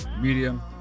medium